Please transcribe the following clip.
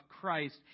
Christ